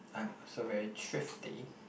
I'm also very thrifty